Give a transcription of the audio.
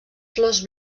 flors